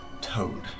toad